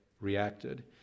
reacted